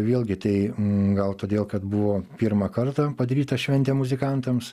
vėlgi tai gal todėl kad buvo pirmą kartą padaryta šventė muzikantams